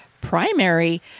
primary